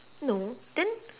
no then